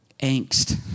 angst